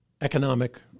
economic